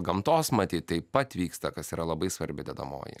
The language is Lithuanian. gamtos matyt taip pat vyksta kas yra labai svarbi dedamoji